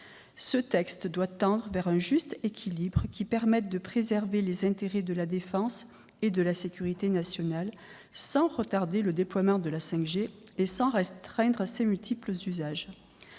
Ce texte doit tendre vers un juste équilibre, qui permette de préserver les intérêts de la défense et de la sécurité nationale, sans retarder le déploiement de la 5G et restreindre ses multiples usages.